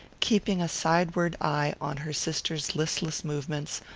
keeping a sideward eye on her sister's listless movements,